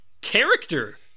character